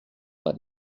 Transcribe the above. pas